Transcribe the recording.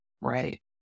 right